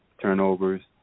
turnovers